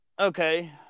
okay